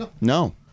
No